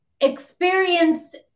experienced